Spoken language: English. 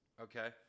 okay